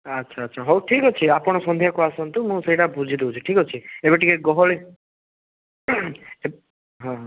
ଆଚ୍ଛା ଆଚ୍ଛା ହଉ ଠିକ୍ ଅଛି ଆପଣ ସନ୍ଧ୍ୟାକୁ ଆସନ୍ତୁ ମୁଁ ସେଇଟା ବୁଝି ଦେଉଛି ଠିକ୍ ଅଛି ଏବେ ଟିକେ ଗହଳି ସେ ହଁ ହଁ